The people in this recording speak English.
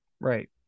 Right